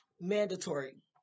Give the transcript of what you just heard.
mandatory